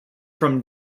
from